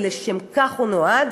כי לשם הוא נועד.